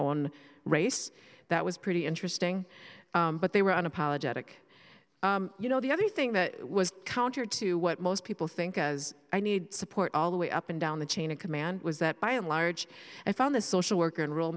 own race that was pretty interesting but they were unapologetic you know the other thing that was counter to what most people think of as i need support all the way up and down the chain of command was that by and large i found the social worker in rural